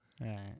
Right